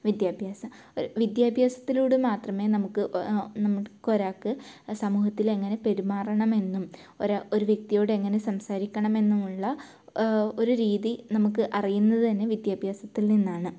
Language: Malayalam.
വിദ്യാഭ്യാസം ഒരു വിദ്യാഭ്യാസത്തിലൂടെ മാത്രമേ നമുക്ക് നമുക്ക് ഒരാൾക്ക് സമൂഹത്തിലെങ്ങനെ പെരുമാറണമെന്നും ഒരു ഒരു വ്യക്തിയോട് എങ്ങനെ സംസാരിക്കണമെന്നുമുള്ള ഒരു രീതി നമുക്ക് അറിയുന്നത് തന്നെ വിദ്യാഭ്യാസത്തിൽ നിന്നാണ്